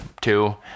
two